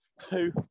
two